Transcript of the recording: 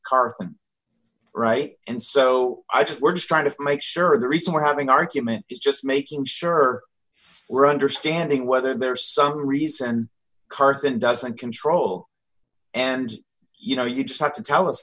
car right and so i just we're just trying to make sure the resort having argument is just making sure we're understanding whether there's some reason carson doesn't control and you know you just have to tell us